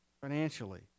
financially